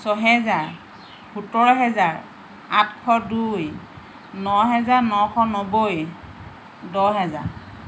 ছয় হাজাৰ সোতৰ হাজাৰ আঠশ দুই ন হাজাৰ নশ নব্বৈ দহ হাজাৰ